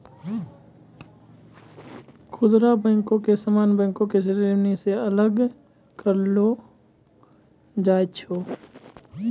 खुदरा बैको के सामान्य बैंको के श्रेणी से अलग करलो जाय छै